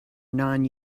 non